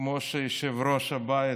כמו שיושב-ראש הבית